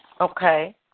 Okay